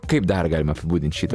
kaip dar galima apibūdinti šitą